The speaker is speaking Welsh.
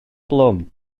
blwm